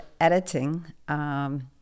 editing